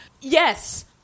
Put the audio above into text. yes